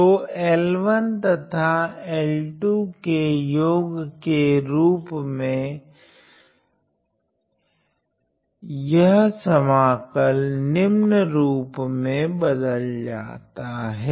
तो L1 तथा L2 के योग के रूप का यह समाकल निम्न रूप मे बदल जाता हैं